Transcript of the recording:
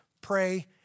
pray